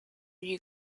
you